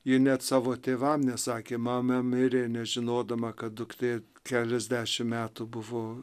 ji net savo tėvam nesakė mama mirė nežinodama kad duktė keliasdešim metų buvo